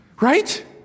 right